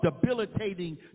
debilitating